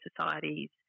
societies